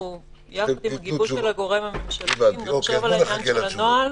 יחד עם גיבוי של הגורם הממשלתי נחשוב על העניין של הנוהל,